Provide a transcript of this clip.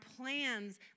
plans